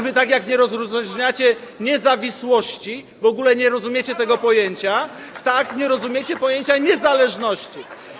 Wy tak jak nie rozróżniacie niezawisłości, w ogóle nie rozumiecie tego pojęcia, tak nie rozumiecie pojęcia niezależności.